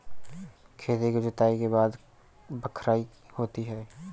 खेती की जुताई के बाद बख्राई होती हैं?